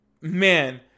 Man